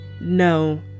No